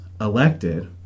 elected